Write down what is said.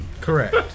Correct